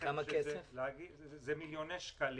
זה מיליוני שקלים,